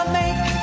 make